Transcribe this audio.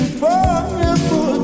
forever